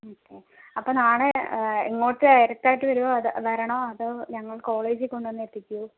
okay അപ്പം നാളെ ഇങ്ങോട്ട് ഡറക്ടായിട്ട് വരുമൊ വരണോ അതോ ഞങ്ങൾ കോളേജിൽ കൊണ്ടു വന്ന് എത്തിക്കോ